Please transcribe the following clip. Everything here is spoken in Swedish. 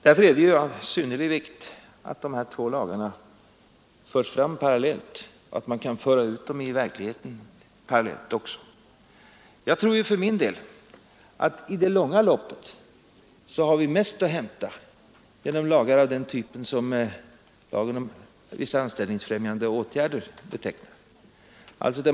Därför är det av synnerlig vikt att de här två lagarna förs fram parallellt och att man också kan föra ut dem i verkligheten parallellt. Jag tror för min del att vi i det långa loppet har mest att hämta genom lagar av den typ som lagen om vissa anställningsfrämjande åtgärder representerar.